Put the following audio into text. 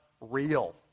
real